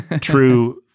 true